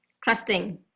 Trusting